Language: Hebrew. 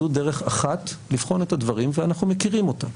זו דרך אחת לבחון את הדברים ואנחנו מכירים אותה.